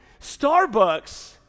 Starbucks